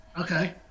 Okay